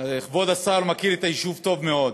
כבוד השר מכיר את היישוב טוב מאוד,